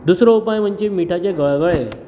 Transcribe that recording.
दुसरो उपाय म्हणजे मिठाचे गळगळे